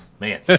Man